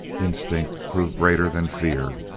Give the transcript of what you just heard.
instinct proved greater than fear.